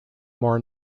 more